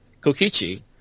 Kokichi